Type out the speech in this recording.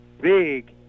big